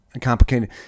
complicated